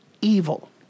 evil